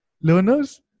learners